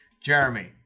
Jeremy